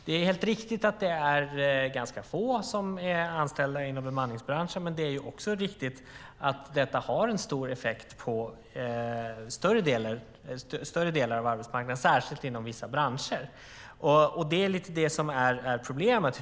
Det är helt riktigt att det är ganska få som är anställda inom bemanningsbranschen, men det är också riktigt att detta har en stor effekt på större delar av arbetsmarknaden, särskilt inom vissa branscher. Det är lite det som är problemet.